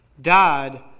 died